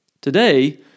Today